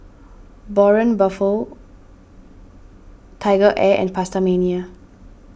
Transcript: Braun Buffel TigerAir and PastaMania